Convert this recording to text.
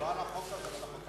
לא על החוק הזה, על החוק הבא.